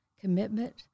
Commitment